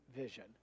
vision